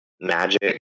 magic